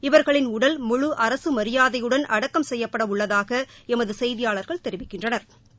இவர்களின் உடல் முழு அரசு மியாதையுடன் அடக்கம் செய்யப்பட உள்ளதாக எமது செய்தியாளா்கள் தெரிவிக்கின்றனா்